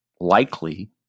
Likely